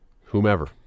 Whomever